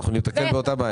אנחנו ניתקל באותה בעיה.